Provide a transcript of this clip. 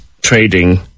trading